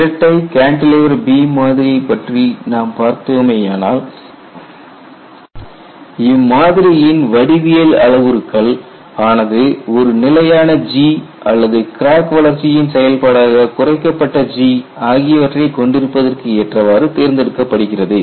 இரட்டை cantilever beam மாதிரியைப் பற்றி நாம் பார்த்தோமேயானால் இம் மாதிரியின் வடிவியல் அளவுருக்கள் ஆனது ஒரு நிலையான G அல்லது கிராக் வளர்ச்சியின் செயல்பாடாக குறைக்கப்பட்ட G ஆகியவற்றைக் கொண்டிருப்பதற்கு ஏற்றவாறு தேர்ந்தெடுக்கப்படுகிறது